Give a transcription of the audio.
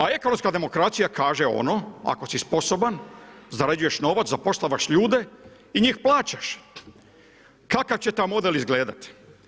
A ekonomska demokracija kaže ono ako si sposoban, zarađuješ novac, zapošljavaš ljude i njih plaćaš, kakav će taj model izgledati?